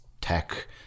tech